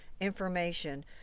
information